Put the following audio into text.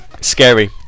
Scary